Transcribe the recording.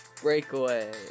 Breakaway